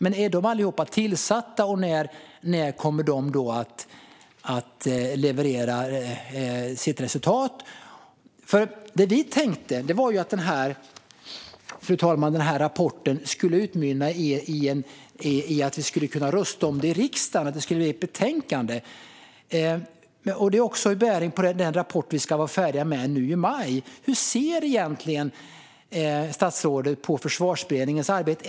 Är de tillsatta allihop? När kommer de att leverera sina resultat? Vi tänkte att rapporten Motståndskraft skulle utmynna i något som vi kunde rösta om i riksdagen, att det skulle bli ett betänkande. Det har också bäring på den rapport som vi ska vara färdiga med nu i maj. Hur ser egentligen statsrådet på Försvarsberedningens arbete?